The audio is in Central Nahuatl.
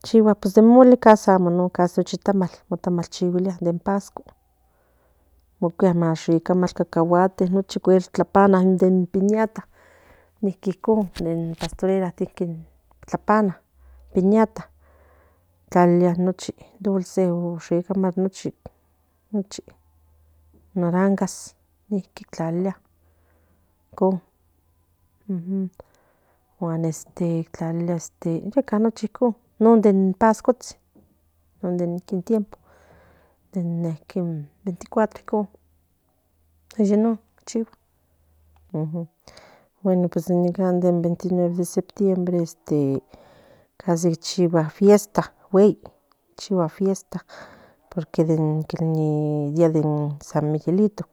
Chigua casi in molincasi amo tamal chiguilia nokia kakaguatl tlapama in piñatabniqui icon pastorela tlapama in piñata tlalilia mucho naranja niki tlalilia icon non de pazcua non ni tiempo de nin 24 non s de tenía chigua bueno pues casi chigua fiesta güey porque día in samiguelito